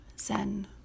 Zen